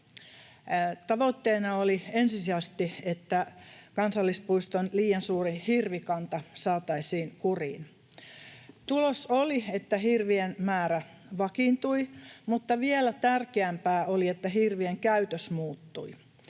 Tavoitteena oli ensisijaisesti, että kansallispuiston liian suuri hirvikanta saataisiin kuriin. Tulos oli, että hirvien määrä vakiintui, mutta vielä tärkeämpää oli, että hirvien käytös muuttui.